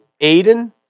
Aiden